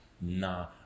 Nah